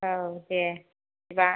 औ दे बिदिबा